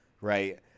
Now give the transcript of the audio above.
right